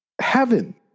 Heaven